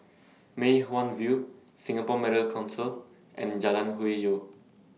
Mei Hwan View Singapore Medical Council and Jalan Hwi Yoh